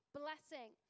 blessing